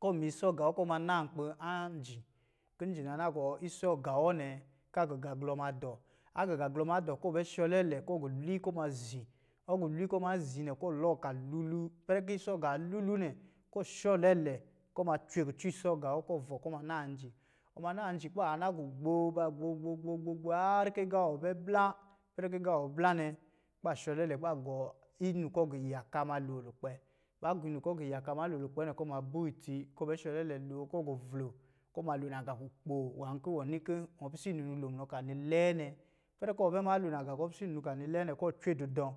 Kɔ̄ ɔ ma isɔ agā wɔ kɔ̄ ɔ ma naa nkpi a-nji kɔ̄ nji a naa na gɔ isɔ aaā wɔ nɛ kɔ̄ a aɔɔ gaalɔ ma dɔɔ, a gɔɔ gaglɔ ma dɔɔ kɔ̄ ɔbɛ shɔ lɛlɛ kɔ̄ ɔgɔɔ lwi kɔ̄ ɔ mazi, ɔ gɔɔ lwi kɔ̄ ɔ ma zi nɛ kɔ̄ ɔ lɔɔ kɔ̄ a lulu ipɛrɛ kɔ̄ isɔ agā a lulu nɛ, kɔ̄ ɔ shɔ lɛlɛ kɔ̄ ɔma cwe kucɔ isɔ agā wɔ kɔ̄ ɔ vɔ̄ kɔ̄ ɔma naa nji. Ɔ ma naa nji kɔ̄ baa na gɔɔ gbo ba gbo gbo gbo haar kɔ̄ agā wɔ aa bɛ blā, ipɛrɛ kɔ̄ agā wɔ a bɛ blā nɛ kɔ̄ ba sɔ lɛlɛ kɔ̄ ba gɔ inu kɔ̄ gu yaka ma lo lukpɛ. Ba gɔ inu kɔ̄ gu yaka malo lukpɛ nɛ kɔ̄ ɔ ma bɔɔ itsi kɔ̄ ɔ bɛ shɔ lɛlɛloo kɔ̄ ɔ guvlo kɔ̄ ɔma lo nagā kpoo nwā kɔ̄ wɔ ni kɔ̄ ɔ pisɛ inunu lo munɔ kɔ̄ ani lɛɛ nɛ. Ipɛrɛ kɔ̄ ɔ bɛ ma lo nagā kɔ̄ ɔ cwe dudɔ̄,